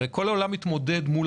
הרי כל העולם מתמודד מול